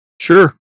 Sure